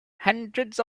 hundreds